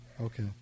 Okay